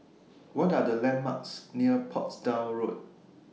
What Are The landmarks near Portsdown Road